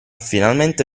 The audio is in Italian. finalmente